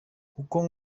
kuko